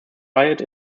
riot